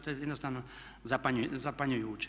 To je jednostavno zapanjujuće.